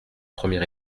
premier